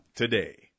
today